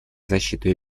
защитой